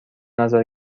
نظر